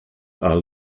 are